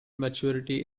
maturity